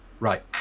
Right